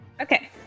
okay